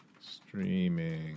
Streaming